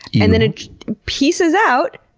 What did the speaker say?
and then it peaces out,